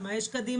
מה יש קדימה.